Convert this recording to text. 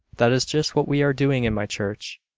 that is just what we are doing in my church.